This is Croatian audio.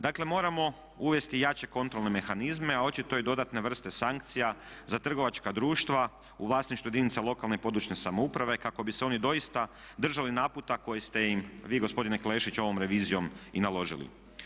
Dakle, moramo uvesti jače kontrolne mehanizme, a očito i dodatne vrste sankcija za trgovačka društva u vlasništvu jedinica lokalne i područne samouprave kako bi se oni doista držali naputa koji ste im vi gospodine Klešić ovom revizijom i naložili.